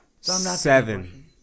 Seven